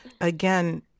Again